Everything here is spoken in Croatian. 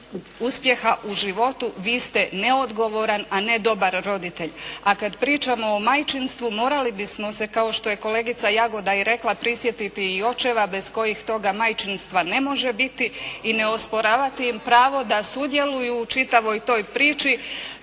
uspjeha u životu vi ste neodgovoran a ne dobar roditelj. A kada pričamo o majčinstvu morali bismo se kao što je kolegica Jagoda i rekla, prisjetiti i očeva bez kojih toga majčinstva ne može biti i ne osporavati im pravo da sudjeluju u čitavoj toj priči,